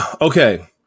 okay